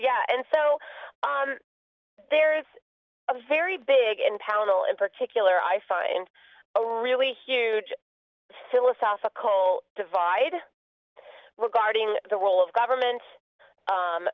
yeah and so on there is a very big and pownall in particular i find a really huge philosophical divide regarding the role of government